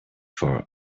for